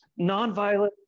nonviolent